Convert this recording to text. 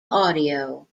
audio